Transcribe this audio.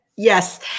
Yes